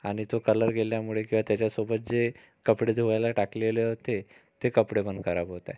आणि तो कलर गेल्यामुळे किंवा त्याच्यासोबत जे कपडे धुवायला टाकलेले होते ते कपडेपण खराब होत आहे